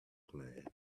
plan